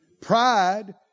Pride